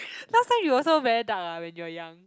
last time you also very dark ah when you are young